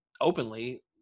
openly